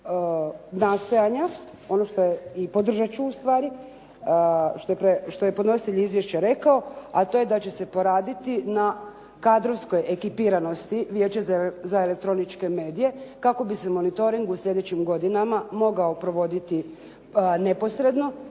nastojanja, i podržat ću ustvari što je podnositelj izvješća rekao, a to je da će se poraditi na kadrovskoj ekipiranosti, Vijeće za elektroničke medije, kako bi se monitoring u slijedećim godinama mogao provoditi neposredno.